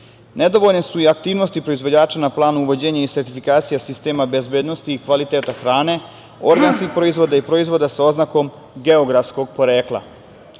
masti. Nedovoljne su i aktivnosti proizvođača na planu uvođenja i sertifikacije sistema bezbednosti kvaliteta hrane, organskih proizvoda i proizvoda sa oznakom geografskog porekla.U